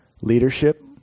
leadership